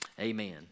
Amen